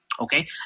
Okay